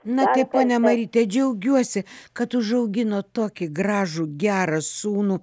na taip ponia maryte džiaugiuosi kad užauginot tokį gražų gerą sūnų